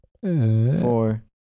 four